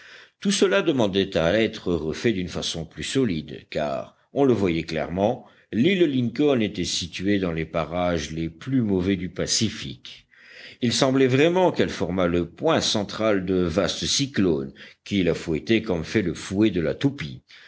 tout cela demandait à être refait d'une façon plus solide car on le voyait clairement l'île lincoln était située dans les parages les plus mauvais du pacifique il semblait vraiment qu'elle formât le point central de vastes cyclones qui la fouettaient comme fait le fouet de la toupie